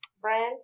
brand